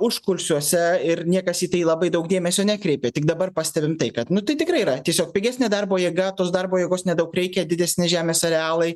užkulsiuose ir niekas į tai labai daug dėmesio nekreipė tik dabar pastebim tai kad nu tai tikrai yra tiesiog pigesnė darbo jėga tos darbo jėgos nedaug reikia didesni žemės arealai